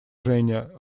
женя